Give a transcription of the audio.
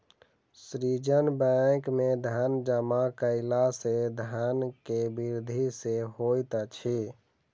सृजन बैंक में धन जमा कयला सॅ धन के वृद्धि सॅ होइत अछि